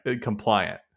Compliant